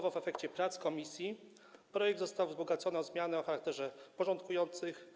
W efekcie prac komisji projekt został wzbogacony o zmiany o charakterze porządkującym.